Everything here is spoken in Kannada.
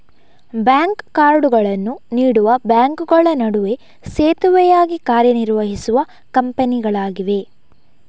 ಬ್ಯಾಂಕ್ ಕಾರ್ಡುಗಳನ್ನು ನೀಡುವ ಬ್ಯಾಂಕುಗಳ ನಡುವೆ ಸೇತುವೆಯಾಗಿ ಕಾರ್ಯ ನಿರ್ವಹಿಸುವ ಕಂಪನಿಗಳಾಗಿವೆ